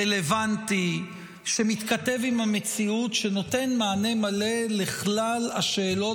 רלוונטי שמתכתב עם המציאות ונותן מענה מלא לכלל השאלות